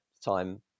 time